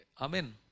amen